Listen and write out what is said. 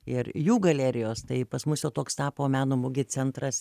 ir jų galerijos tai pas mus jau toks tapo meno mugė centras